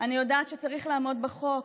אני יודעת שצריך לעמוד בחוק.